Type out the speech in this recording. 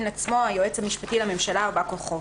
עצמו או היועץ המשפטי לממשלה או בא כוחו.